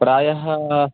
प्रायः